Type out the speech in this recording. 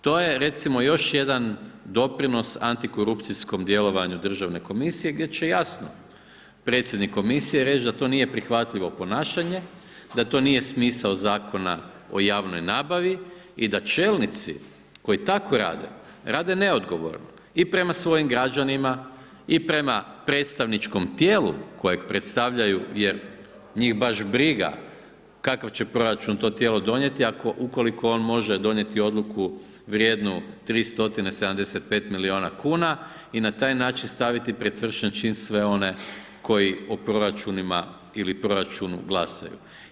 To je recimo, još jedan doprinos antikorupcijskom djelovanje Državne komisije, gdje će jasno predsjednik komisije reći da to nije prihvatljivo ponašanje, da to nije smisao Zakona o javnoj nabavi i da čelnici koji tako rade rade neodgovorno i prema svojim građanima i prema predstavničkom tijelu koje predstavljaju jer njih baš briga kakav će proračun to tijelo donijeti, ako, ukoliko on može donijeti odluku vrijednu 3 stotine 75 milijuna kuna i na taj način staviti pred svršen čin sve one koji o proračunima i li proračunu glasaju.